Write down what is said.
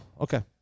Okay